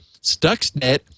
Stuxnet